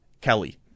Kelly